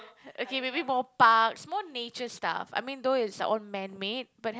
okay maybe more parks more nature stuff I mean though it's all man-made but h~